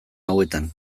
hauetan